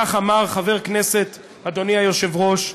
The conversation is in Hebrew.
כך אמר חבר כנסת, אדוני היושב-ראש,